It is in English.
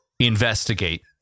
investigate